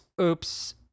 Oops